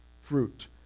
fruit